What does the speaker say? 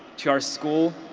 to our school,